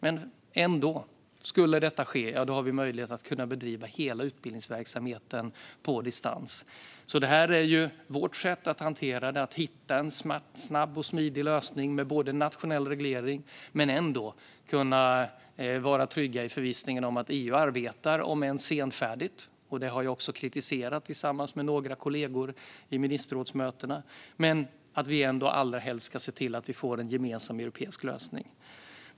Men om det inte blir så har vi möjlighet att bedriva hela utbildningsverksamheten på distans. Det här är vårt sätt att hantera detta och hitta en snabb och smidig lösning med nationell reglering samtidigt som vi kan vara trygga i förvissningen om att EU arbetar - om än senfärdigt, vilket jag tillsammans med några kollegor har kritiserat vid ministerrådsmötena. Allra helst ska vi få en gemensam europeisk lösning.